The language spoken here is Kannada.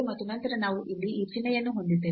ಮತ್ತು ನಂತರ ನಾವು ಇಲ್ಲಿ ಈ ಚಿಹ್ನೆಯನ್ನು ಹೊಂದಿದ್ದೇವೆ